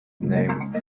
name